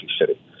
City